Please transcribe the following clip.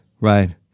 Right